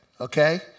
okay